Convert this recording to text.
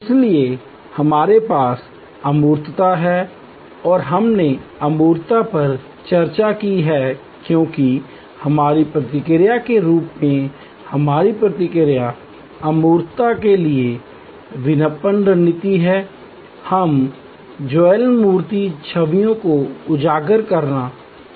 इसलिए हमारे पास अमूर्तता है और हमने अमूर्तता पर चर्चा की है क्योंकि हमारी प्रतिक्रिया के रूप में हमारी प्रतिक्रिया अमूर्तता के लिए विपणन रणनीति है हम ज्वलंत मूर्त छवियों को उजागर करना चाहते हैं